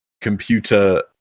computer